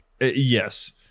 Yes